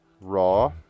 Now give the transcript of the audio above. Raw